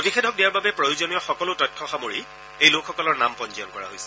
প্ৰতিষেধক দিয়াৰ বাবে প্ৰয়োজনীয় সকলো তথ্য সামৰি এই লোকসকলৰ নাম পঞ্জীয়ন কৰা হৈছে